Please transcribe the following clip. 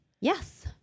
Yes